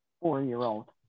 four-year-old